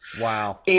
Wow